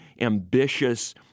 ambitious